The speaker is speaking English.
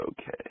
okay